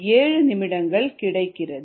7 நிமிடங்கள் கிடைக்கிறது